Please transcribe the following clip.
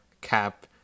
cap